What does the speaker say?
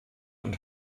und